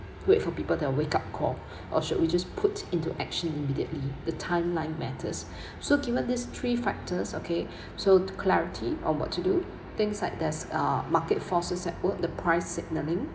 wait for people their wake up call or should we just put into action immediately the timeline matters so given these three factors okay so to clarity on what to do things like there's ah market forces at work the price signalling